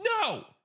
No